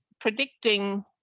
predicting